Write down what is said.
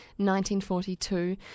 1942